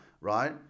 right